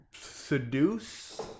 seduce